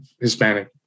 hispanic